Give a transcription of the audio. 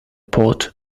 pot